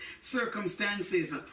circumstances